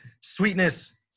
Sweetness